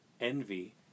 envy